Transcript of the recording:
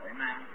Amen